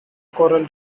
coral